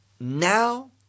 now